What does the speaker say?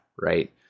right